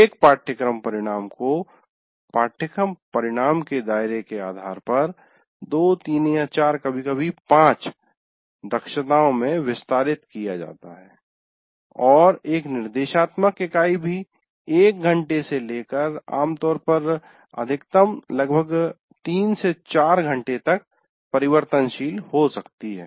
एक पाठ्यक्रम परिणाम को पाठ्यक्रम परिणाम के दायरे के आधार पर 2 3 या 4 कभी कभी 5 दक्षताओं में विस्तारित किया जाता है और एक निर्देशात्मक इकाई भी 1 घंटे से लेकर आम तौर पर अधिकतम लगभग 3 से 4 घंटे तक परिवर्तनशील हो सकती है